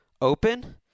open